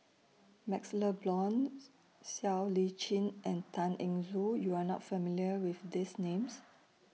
MaxLe Blond Siow Lee Chin and Tan Eng Joo YOU Are not familiar with These Names